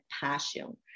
passion